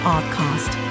Artcast